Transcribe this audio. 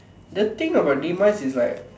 the thing about demised is like